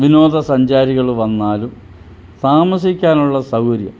വിനോദ സഞ്ചാരികൾ വന്നാലും താമസിക്കാനുള്ള സൗകര്യം